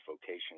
vocation